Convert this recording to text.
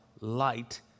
light